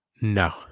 No